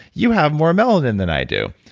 you have more melanin than i do!